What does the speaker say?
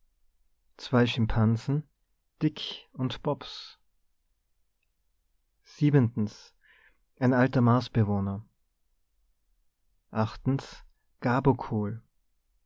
zwei schimpansen dick und bobs siebenten ein alter marsbewohner gab